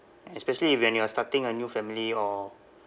especially if when you are starting a new family or